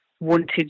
wanted